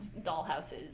dollhouses